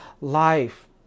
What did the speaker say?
life